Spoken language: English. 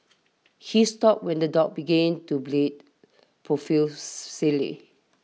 he stopped when the dog began to bleed profusely